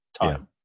time